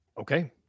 Okay